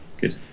good